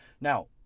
Now